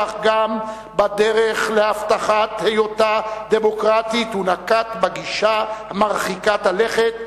כך גם בדרך להבטחת היותה דמוקרטית הוא נקט גישה מרחיקת לכת,